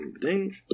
ding